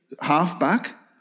halfback